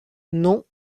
non